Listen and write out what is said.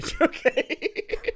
okay